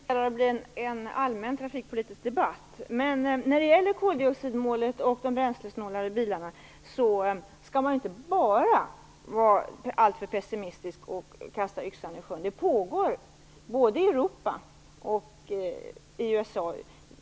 Herr talman! Det här tenderar att bli en allmän trafikpolitisk debatt. När det gäller koldioxidmålet och de bränslesnålare bilarna skall man inte bara vara alltför pessimistisk och kasta yxan i sjön. Det pågår i Europa och i USA arbeten mot detta mål.